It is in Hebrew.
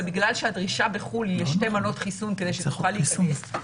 ובגלל שהדרישה בחו"ל היא לשתי מנות חיסון כדי שתוכל להיכנס,